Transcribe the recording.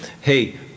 hey